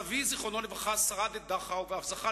סבי זיכרונו לברכה שרד את מחנה דכאו ואף זכה